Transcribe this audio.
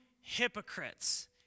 hypocrites